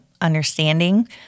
understanding